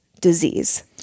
disease